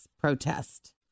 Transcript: protest